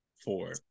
Four